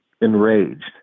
enraged